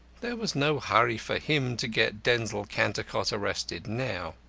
there was no hurry for him to get denzil cantercot arrested now.